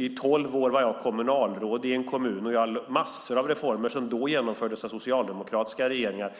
I tolv år var jag kommunalråd i en kommun, och vi tyckte alltid att de mängder av reformer som genomfördes av socialdemokratiska regeringar